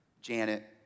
Janet